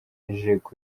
kuririmba